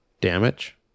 damage